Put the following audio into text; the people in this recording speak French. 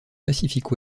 pacifique